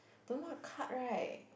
don't know what card right